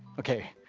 ok,